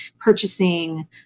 purchasing